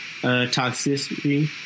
Toxicity